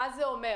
מה זה אומר?